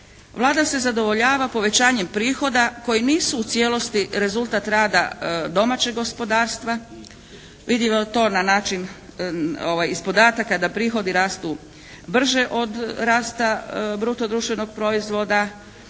Vlada se zadovoljava povećanjem prihoda koji nisu u cijelosti rezultat rada domaćeg gospodarstva. Vidljivo je to na način, iz podataka da prihodi rastu brže od rasta bruto društvenog proizvoda.